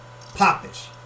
pop-ish